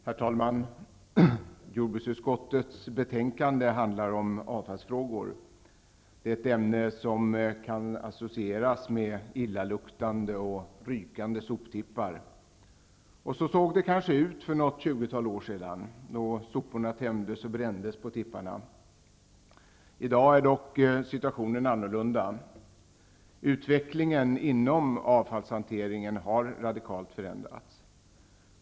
Herr talman! Jordbruksutskottets betänkande handlar om avfallsfrågor. Det är ett ämne som kan associeras med illaluktande och rykande soptippar, och så såg det kanske ut för något tjugotal år sedan, då soporna tömdes och brändes på tipparna. I dag är dock situationen annorlunda. Utvecklingen inom avfallshanteringen har radikalt förändrats.